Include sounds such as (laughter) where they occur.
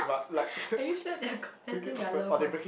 (breath) are you sure they are confessing their love on